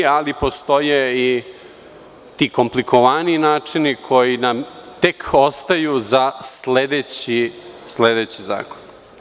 Ali, postoje i ti komplikovanijinačini koji nam tek ostaju za sledeći zakon.